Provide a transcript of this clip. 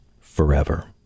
forever